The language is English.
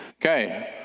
Okay